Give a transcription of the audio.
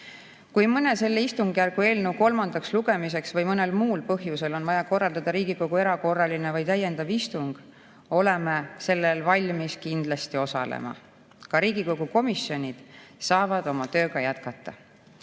Kui mõne selle istungjärgu eelnõu kolmandaks lugemiseks või mõnel muul põhjusel on vaja korraldada Riigikogu erakorraline või täiendav istung, oleme sellel valmis kindlasti osalema. Ka Riigikogu komisjonid saavad oma tööga jätkata.